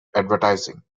advertising